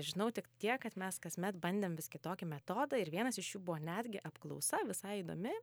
žinau tik tiek kad mes kasmet bandėm vis kitokį metodą ir vienas iš jų buvo netgi apklausa visai įdomi